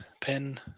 Pen